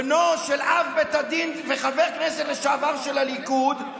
בנו של אב בית הדין וחבר כנסת לשעבר של הליכוד,